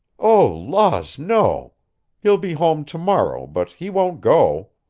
oh, laws, no he'll be home to-morrow, but he won't go.